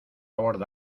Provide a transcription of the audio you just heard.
borda